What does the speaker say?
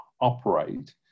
operate